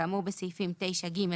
כאמור בסעיפים 9ג,